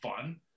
fun